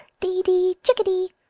dee-dee-chickadee!